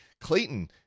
Clayton